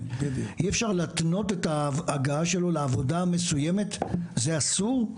אי אפשר להתנות את ההגעה שלו לעבודה המסוימת זה אסור?